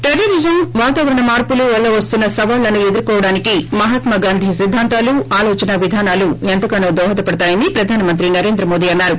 terrorism వాతావరణ మార్పులు వల్ల వస్తున్న సవాళ్లను ఎదుర్కొవడానికి మహ్మాత్మా గాంధీ సిద్దంతాలు ఆలోచన విధానాలు ఎంతగానో దోహదపడతాయని ప్రధాన మంత్రి నరేంద్ర మోదీ అన్నారు